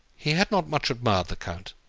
he had not much admired the count,